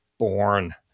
born